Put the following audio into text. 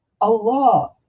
Allah